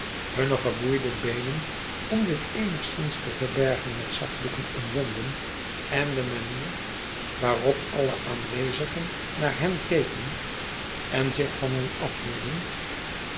hunne geboeide beenen om dit eenigszins te verbergen met zakdoeken omwonden en de manier waarop alle aanwezigen naar hen keken en zich van hen